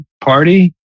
party